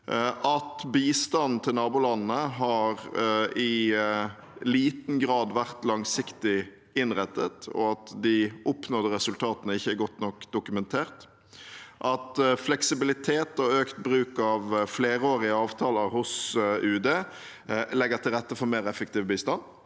at bistanden til nabolandene i liten grad har vært langsiktig innrettet, og at de oppnådde resultatene ikke er godt nok dokumentert – at fleksibilitet og økt bruk av flerårige avtaler hos Utenriksdepartementet legger til rette for mer effektiv bistand